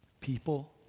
People